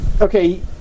Okay